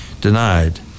denied